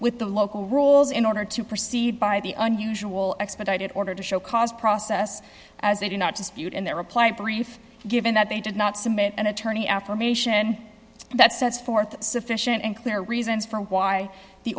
with the local rules in order to proceed by the un usual expedited order to show cause process as they did not dispute in their reply brief given that they did not submit an attorney affirmation that sets forth sufficient and clear reasons for why the